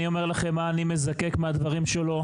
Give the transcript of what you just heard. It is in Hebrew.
אני אומר לכם מה אני מזקק מהדברים שלו,